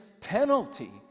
penalty